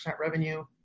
revenue